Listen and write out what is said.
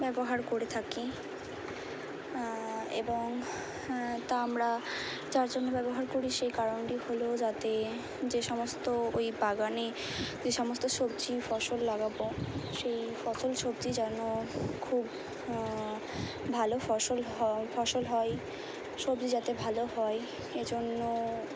ব্যবহার করে থাকি এবং হ্যাঁ তা আমরা যার জন্য ব্যবহার করি সে কারণটি হলো যাতে যে সমস্ত ওই বাগানে যে সমস্ত সবজি ফসল লাগাবো সেই ফসল সবজি যেন খুব ভালো ফসল হ ফসল হয় সবজি যাতে ভালো হয় এ জন্য